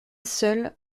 seule